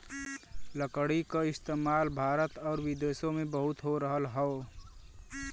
लकड़ी क इस्तेमाल भारत आउर विदेसो में बहुत हो रहल हौ